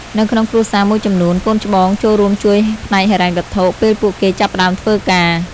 នៅក្នុងគ្រួសារមួយចំនួន កូនច្បងចូលរួមជួយផ្នែកហិរញ្ញវត្ថុ ពេលពួកគេចាប់ផ្តើមធ្វើការ។